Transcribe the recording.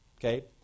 Okay